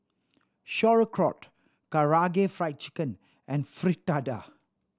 Sauerkraut Karaage Fried Chicken and Fritada